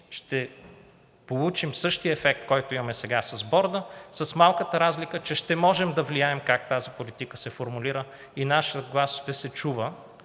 ще получим същия ефект, който имаме сега с борда, но с малката разлика, че ще можем да влияем как тази политика се формулира. Нашият глас ще се чува